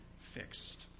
fixed